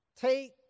Take